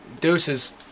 deuces